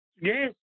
yes